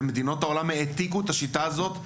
במדינות העולם העתיקו את השיטה הזו.